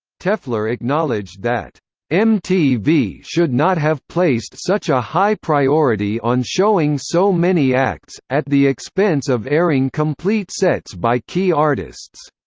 toeffler acknowledged that mtv should not have placed such a high priority on showing so many acts, at the expense of airing complete sets by key artists.